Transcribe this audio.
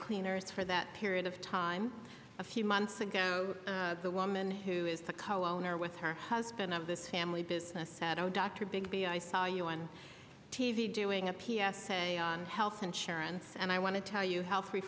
cleaners for that period of time a few months ago the woman who is the color owner with her husband of this family business said oh dr bigby i saw you on t v doing a p s a on health insurance and i want to tell you how free